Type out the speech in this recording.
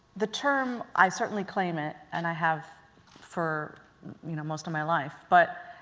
the term, i certainly claim it, and i have for you know most of my life, but